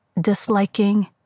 disliking